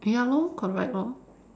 ya lor correct lor